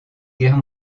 guerre